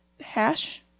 hash